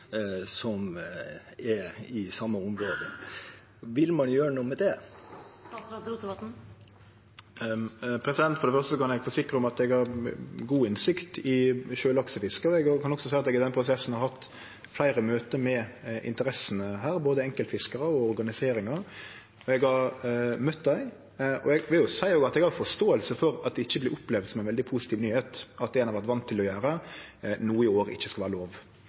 som er i samme området. Vil man gjøre noe med det? For det første kan eg forsikre om at eg har god innsikt i sjølaksefiske, og eg kan også seie at eg i denne prosessen har hatt fleire møte med interessene her, både enkeltfiskarar og organiseringa. Eg har møtt dei. Eg vil også seie at eg har forståing for at det ikkje vert opplevd som ei veldig positiv nyheit at det ein har vore van med å gjere, no i år ikkje skal vere lov.